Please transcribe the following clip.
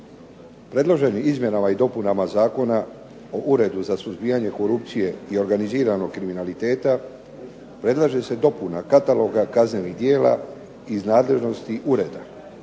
Predloženim izmjenama i dopunama Zakona o uredu za suzbijanje korupcije i organiziranog kriminaliteta, predlaže se popuna kataloga kaznenih djela iz nadležnosti ureda,